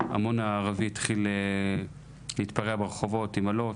ההמון הערבי התחיל להתפרע ברחובות, עם אלות.